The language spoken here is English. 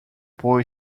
boy